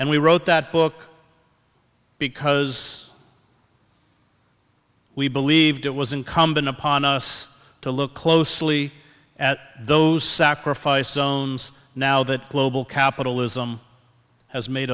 and we wrote that book because we believed it was incumbent upon us to look closely at those sacrifice owns now that global capitalism has made